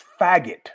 faggot